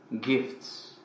gifts